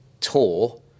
tour